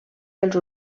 dels